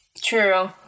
True